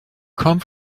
come